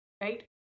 Right